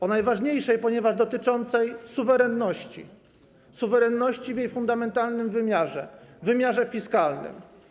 O najważniejszej, ponieważ dotyczącej suwerenności w jej fundamentalnym wymiarze - wymiarze fiskalnym.